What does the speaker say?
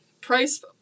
price